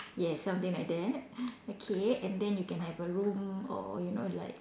yes something like that okay and then you can have a room or you know like